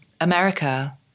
America